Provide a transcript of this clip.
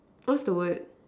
close to what